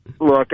Look